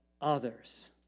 others